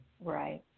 Right